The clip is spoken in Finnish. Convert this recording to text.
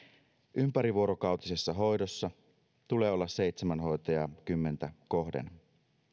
ympärivuorokautisessa hoidossa tulee olla seitsemän hoitajaa kymmentä kohden